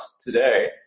today